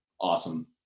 Awesome